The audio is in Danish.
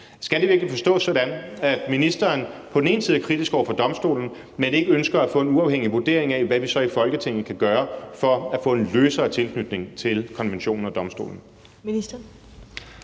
Skal det virkelig forstås sådan, at ministeren på den ene side er kritisk over for domstolen, men på den anden side ikke ønsker at få en uafhængig vurdering af, hvad vi så i Folketinget kan gøre for at få en løsere tilknytning til konventionen og domstolen?